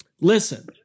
Listen